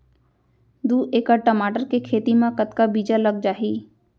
दू एकड़ टमाटर के खेती मा कतका बीजा लग जाही?